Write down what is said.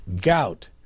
gout